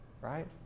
right